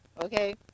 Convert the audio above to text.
Okay